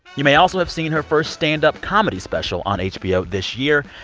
you may also have seen her first standup comedy special on hbo this year,